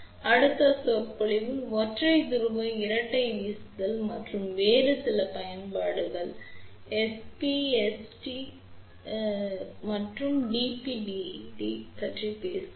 எனவே அடுத்த சொற்பொழிவில் ஒற்றை துருவ இரட்டை வீசுதல் மற்றும் வேறு சில பயன்பாடுகள் எனப்படும் SP2T பற்றி பேசுவோம்